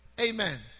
Amen